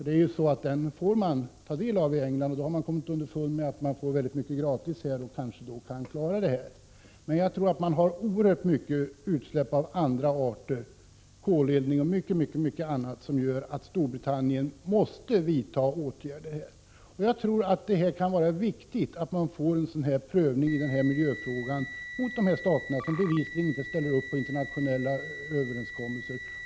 Den har man också i England tillgång till, och man har funnit att man genom denna olja får väldigt mycket gratis och då kanske kan klara detta problem. Jag tror emellertid att det i England förekommer en oerhört stor mängd utsläpp av annat slag, t.ex. vid koleldning. Detta gör att Storbritannien här måste vidta åtgärder. Det kan då vara av vikt att man i Internationella domstolen får en prövning av dessa staters agerande, stater som bevisligen inte ställer upp på internationella överenskommelser.